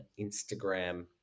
Instagram